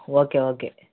okay okay